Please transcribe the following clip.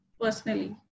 personally